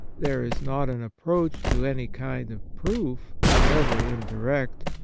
there is not an approach to any kind of proof, however indirect,